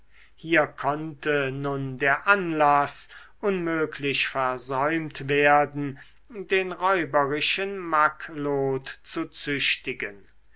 hier konnte nun der anlaß unmöglich versäumt werden den räuberischen macklot zu züchtigen